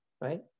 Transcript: right